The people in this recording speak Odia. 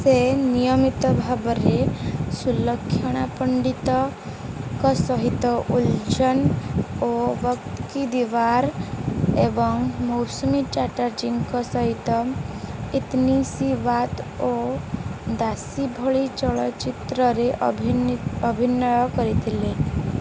ସେ ନିୟମିତ ଭାବେ ସୁଲକ୍ଷଣା ପଣ୍ଡିତଙ୍କ ସାଥିରେ ଉଲଝାନ୍ ଓ ୱକ୍ତ କି ଦିୱାର ଏବଂ ମୌସମୀ ଚାଟାର୍ଜୀଙ୍କ ସହିତ ଇତନି ସି ବାତ୍ ଓ ଦାସୀ ଭଳି ଚଳଚ୍ଚିତ୍ରରେ ଅଭି ଅଭିନୟ କରିଥିଲେ